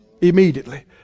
Immediately